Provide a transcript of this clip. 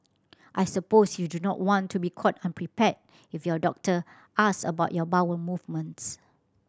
I suppose you don't want to be caught unprepared if your doctor ask about your bowel movements